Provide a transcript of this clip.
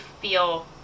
feel